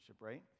right